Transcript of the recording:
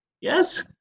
Yes